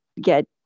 get